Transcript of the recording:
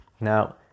Now